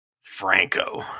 Franco